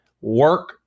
work